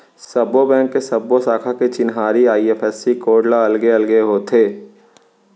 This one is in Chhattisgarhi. सब्बो बेंक के सब्बो साखा के चिन्हारी आई.एफ.एस.सी कोड ह अलगे अलगे होथे